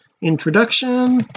introduction